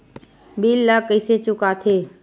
bill ला कइसे चुका थे